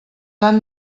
han